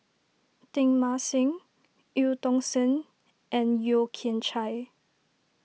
Teng Mah Seng Eu Tong Sen and Yeo Kian Chai